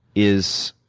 is